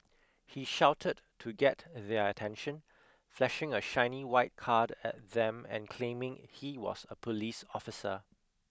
he shouted to get their attention flashing a shiny white card at them and claiming he was a police officer